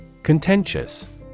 Contentious